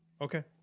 Okay